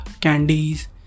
candies